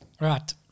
Right